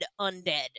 undead